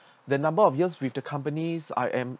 the number of years with the company I am